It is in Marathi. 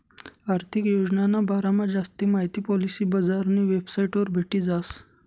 आर्थिक योजनाना बारामा जास्ती माहिती पॉलिसी बजारनी वेबसाइटवर भेटी जास